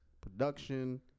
production